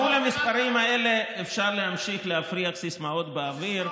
מול המספרים האלה אפשר להמשיך להפריח סיסמאות באוויר.